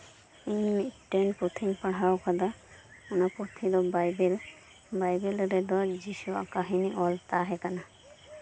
ᱤᱧ ᱢᱤᱫᱴᱮᱱ ᱯᱩᱛᱷᱤᱧ ᱯᱟᱲᱦᱟᱣ ᱟᱠᱟᱫᱟ ᱚᱱᱟ ᱯᱩᱛᱷᱤ ᱫᱚ ᱵᱟᱭᱵᱮᱹᱞ ᱵᱟᱭᱵᱮᱹᱞ ᱨᱮᱫᱚ ᱡᱤᱥᱩ ᱟᱜ ᱠᱟᱹᱦᱱᱤ ᱚᱞ ᱛᱟᱸᱦᱮ ᱠᱟᱱᱟ